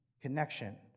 connection